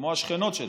כמו השכנות שלה,